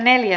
asia